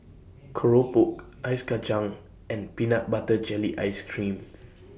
Keropok Ice Kacang and Peanut Butter Jelly Ice Cream